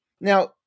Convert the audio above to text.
Now